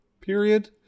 period